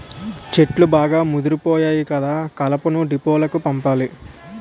చెట్లు బాగా ముదిపోయాయి కదా కలపను డీపోలకు పంపాలి